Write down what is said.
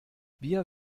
wir